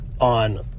on